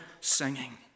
singing